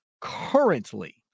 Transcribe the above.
currently